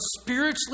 spiritually